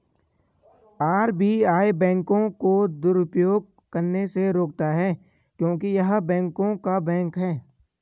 RBI बैंकों को दुरुपयोग करने से रोकता हैं क्योंकि य़ह बैंकों का बैंक हैं